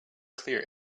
clear